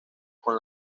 con